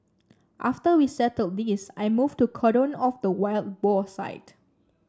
after we settled this I moved to cordon off the wild boar site